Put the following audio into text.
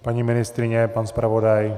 Paní ministryně, pan zpravodaj?